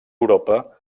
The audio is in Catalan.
europa